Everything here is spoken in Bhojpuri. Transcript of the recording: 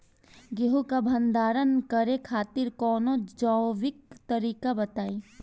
गेहूँ क भंडारण करे खातिर कवनो जैविक तरीका बताईं?